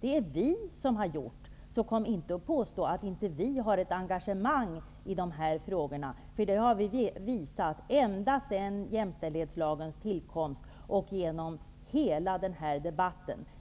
Det är vi som har gjort det. Kom inte och påstå att vi inte har något engagemang i de här frågorna. Det har vi visat ända sedan jämställdhetslagens tillkomst och genom hela debatten.